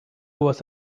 was